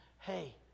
hey